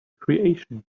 creation